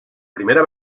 primera